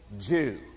Jew